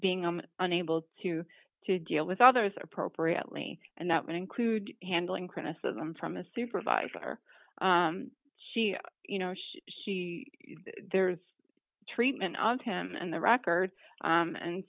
being i'm unable to to deal with others appropriately and that would include handling criticism from a supervisor she you know she she there's treatment of him and the record